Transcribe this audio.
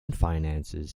finances